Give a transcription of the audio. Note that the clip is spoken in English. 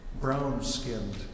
brown-skinned